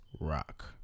rock